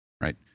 Right